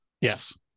yes